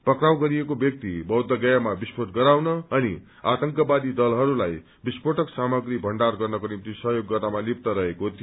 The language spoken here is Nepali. पक्राउ गरिएको ब्यक्ति बौद्धगयामा विस्फोट गराउन अनि आतंकवादी दलहरूलाई विस्फोटक सामाप्रीहरू भण्डार गर्नस्रो निम्ति सहयोग गर्नमा लिप्त रहेको थियो